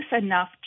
enough